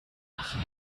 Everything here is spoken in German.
nach